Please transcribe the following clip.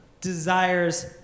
desires